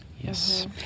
yes